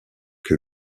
que